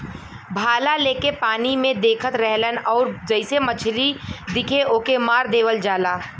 भाला लेके पानी में देखत रहलन आउर जइसे मछरी दिखे ओके मार देवल जाला